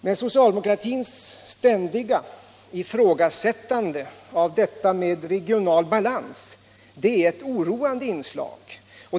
Men socialdemokratins ständiga ifrågasättande av detta med regional balans är ett oroande inslag.